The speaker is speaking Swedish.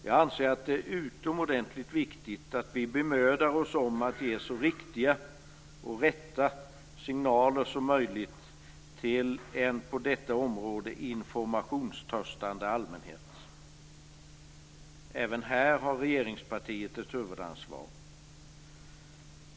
Jag anser att det är utomordentligt viktigt att vi bemödar oss om att ge så riktiga och rätta signaler som möjligt till en på detta område informationstörstande allmänhet. Även här har regeringspartiet ett huvudansvar.